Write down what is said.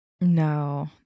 No